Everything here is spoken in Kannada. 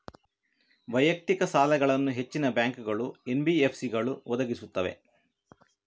ವೈಯಕ್ತಿಕ ಸಾಲಗಳನ್ನು ಹೆಚ್ಚಿನ ಬ್ಯಾಂಕುಗಳು, ಎನ್.ಬಿ.ಎಫ್.ಸಿಗಳು ಒದಗಿಸುತ್ತವೆ